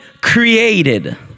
created